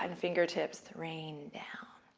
and fingertips rain down.